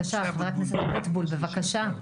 הכנסת אבוטבול, בבקשה.